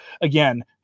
again